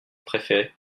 préféré